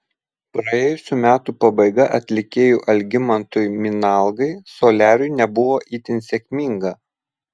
praėjusių metų pabaiga atlikėjui algimantui minalgai soliariui nebuvo itin sėkminga